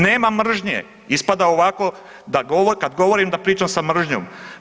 Nema mržnje ispada ovako kad govorim da pričam sa mržnjom.